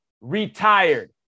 retired